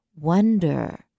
wonder